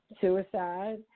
suicide